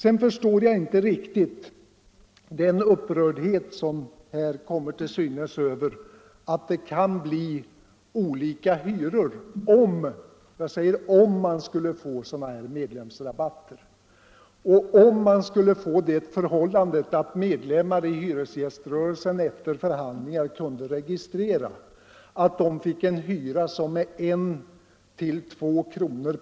Sedan förstår jag inte riktigt den upprördhet som har kommit till synes över att det kan bli olika hyror, om — jag säger om — man skulle få sådana här medlemsrabatter och om man skulle få det förhållandet att medlemmar efter förhandlingar kunde registrera att de fick en hyra som med 1 å 2 kr.